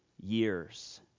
years